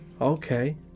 okay